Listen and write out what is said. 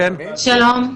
שלום.